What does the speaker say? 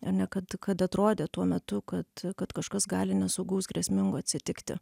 ar ne kad kad atrodė tuo metu kad kad kažkas gali nesaugaus grėsmingo atsitikti